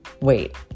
wait